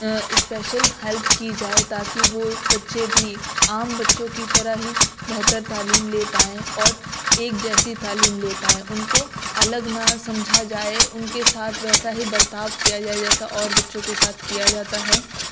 special help کی جائے تاکہ وہ بچے بھی عام بچوں کی طرح ہی بہتر تعلیم لے پائیں اور ایک جیسی تعلیم لے پائیں ان کو الگ نہ سمجھا جائے ان کے ساتھ ویسا ہی برتاؤ کیا جائے جیسا اور بچوں کے ساتھ کیا جاتا ہے